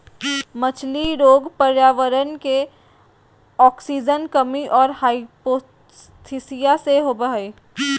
मछली रोग पर्यावरण मे आक्सीजन कमी और हाइपोक्सिया से होबे हइ